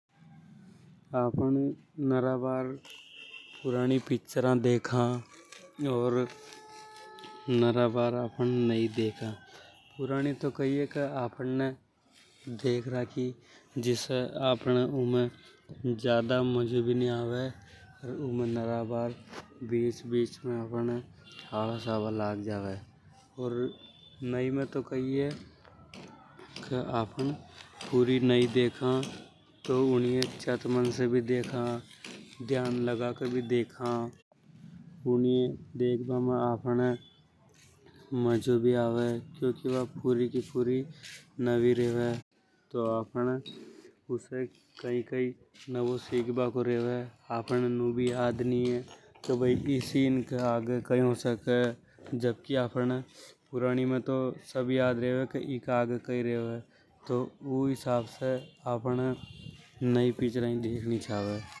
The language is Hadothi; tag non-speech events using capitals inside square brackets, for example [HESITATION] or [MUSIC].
आपन नरा बार पुरानी पिछरा देखा। [NOISE] ओर नरा बार मैं देखा पुरानी तो कई है के आपन। ने देख राखी जिसे आपन ये उनमें मजो नि आवे। [NOISE] अर नरा बार बीच बीच में आलस्य आबा लाग जावे। ओर नई में तो कई हे के पूरी नई देखा तो ऊनिय। [NOISE] चत मन से भी देखा ध्यान लगा के भी देखा अनीय देखबा में मांजे भी आवे। क्योंकि वा फ्यूरी की फ्यूरी नवीं रेवे [HESITATION] याद नि हे। के भय ई सीन के आगे कई हंसके जबकि आपने पुरानी में तो याद रेवे। के आगे कई होगो तो ऊ हिसाब से अपने नई पिछर देखनी चावे। [NOISE]